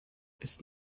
ist